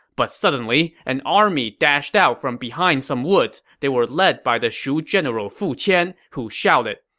but suddenly, an army dashed out from behind some woods. they were led by the shu general fu qian, who shouted,